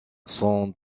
sont